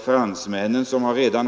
Fransmännen har redan